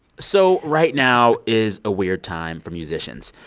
so right now is a weird time for musicians.